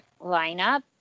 lineup